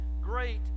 great